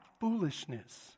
foolishness